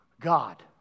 God